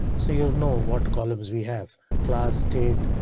so you know what columns we have class state.